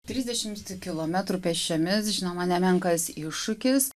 trisdešim kilometrų pėsčiomis žinoma nemenkas iššūkis